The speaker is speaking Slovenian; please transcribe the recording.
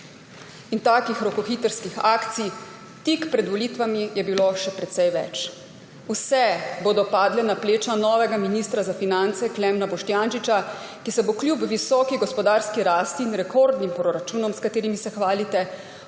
In takih rokohitrskih akcij tik pred volitvami je bilo še precej več. Vse bodo padle na pleča novega ministra za finance Klemna Boštjančiča, ki se bo kljub visoki gospodarski rasti in rekordnemu proračunu, s katerim se hvalite,